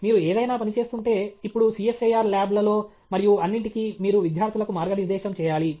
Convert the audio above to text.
మీరు ఏదైనా పనిచేస్తుంటే ఇప్పుడు సిఎస్ఐఆర్ ల్యాబ్లలో మరియు అన్నింటికీ మీరు విద్యార్థులకు మార్గనిర్దేశం చేయాలి